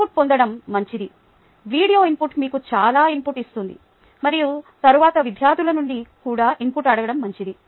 input పొందడం మంచిది video input మీకు చాలా ఇన్పుట్ ఇస్తుంది మరియు తరువాత విద్యార్థుల నుండి కూడా ఇన్పుట్ అడగడం మంచిది